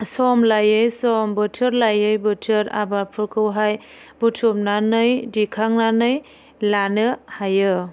सम लायै सम बोथोर लायै बोथोर आबादफोरखौहाय बुथुमनानै दिखांनानै लानो हायो